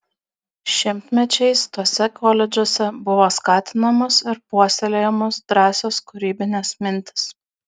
šimtmečiais tuose koledžuose buvo skatinamos ir puoselėjamos drąsios kūrybinės mintys